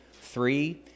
Three